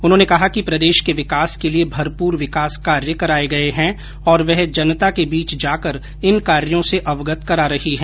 उन्होंने कहा कि प्रदेश के विकास के लिये भरपूर विकास कार्य कराये गये है और वह जनता के बीच जाकर इन कार्यो से अवगत करा रही है